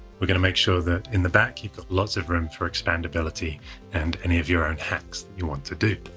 we're going to make sure that in the back you've got lots of room for expandability and any of your own hacks you want to do.